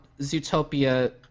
Zootopia